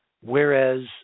whereas